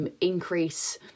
Increase